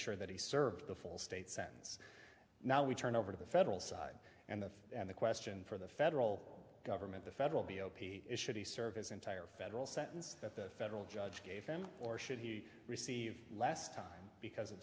sure that he served a full state sentence now we turn over to the federal side and the and the question for the federal government the federal b o p s should he serve his entire federal sentence that the federal judge gave him or should he received last time because of